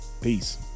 peace